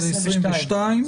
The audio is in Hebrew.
22,